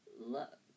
Look